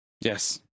Yes